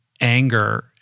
anger